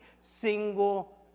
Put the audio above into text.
single